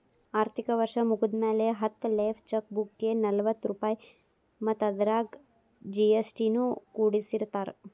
ಆರ್ಥಿಕ ವರ್ಷ್ ಮುಗ್ದ್ಮ್ಯಾಲೆ ಹತ್ತ ಲೇಫ್ ಚೆಕ್ ಬುಕ್ಗೆ ನಲವತ್ತ ರೂಪಾಯ್ ಮತ್ತ ಅದರಾಗ ಜಿ.ಎಸ್.ಟಿ ನು ಕೂಡಸಿರತಾರ